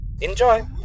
Enjoy